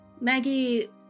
Maggie